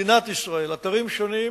במדינת ישראל, אתרים שונים